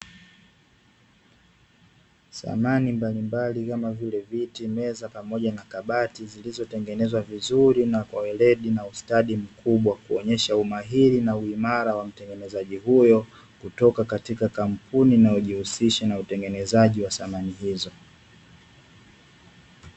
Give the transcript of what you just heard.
Samani mbalimbali kama vile viti, meza pamoja na kabati zilizotengenezwa vizuri na kwa weledi na ustadi mkubwa, kuonesha umahiri ja uimara wa mtengenezaji huyo kutoka katika kampuni, na hujihusisha na utengenezaji wa samani hizo.